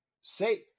Say